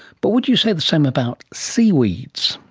but would you say the same about seaweeds?